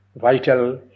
vital